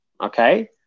okay